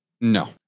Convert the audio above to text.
No